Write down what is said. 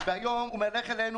והיום הוא מהלך עלינו.